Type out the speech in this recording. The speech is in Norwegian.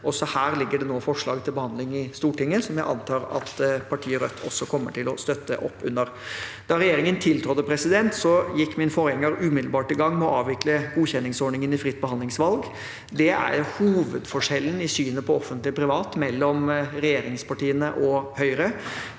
Også her ligger det nå forslag til behandling i Stortinget, som jeg antar at partiet Rødt også kommer til å støtte opp under. Da regjeringen tiltrådte, gikk min forgjenger umiddelbart i gang med å avvikle godkjenningsordningen i fritt behandlingsvalg. Det er jo hovedforskjellen i synet på offentlig og privat mellom regjeringspartiene og Høyre.